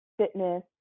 fitness